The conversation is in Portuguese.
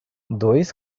dois